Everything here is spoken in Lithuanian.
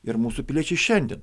ir mūsų piliečiai šiandien